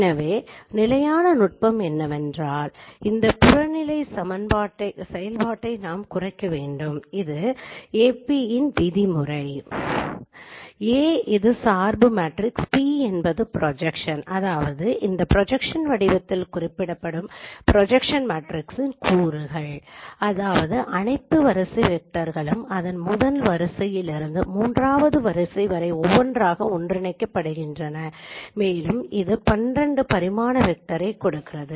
எனவே நிலையான நுட்பம் என்னவென்றால் இந்த புறநிலை செயல்பாட்டை நாம் குறைக்க வேண்டும் இது Ap இன் விதிமுறை A இது சார்பு மேட்ரிக்ஸ் p என்பது ப்ரொஜக்ஸன் அதாவது இந்த திட்ட வடிவத்தில் குறிப்பிடப்படும் திட்ட மேட்ரிக்ஸின் கூறுகள் அதாவது அனைத்து வரிசை வெக்டர் களும் அதன் முதல் வரிசையிலிருந்து மூன்றாம் வரிசை வரை ஒவ்வொன்றாக ஒன்றிணைக்கப்படுகின்றன மேலும் இது 12 பரிமாண வெக்டரைக் கொடுக்கிறது